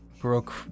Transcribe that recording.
broke